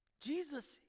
Jesus